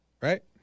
right